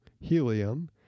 helium